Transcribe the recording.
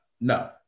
no